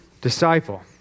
disciple